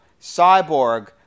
Cyborg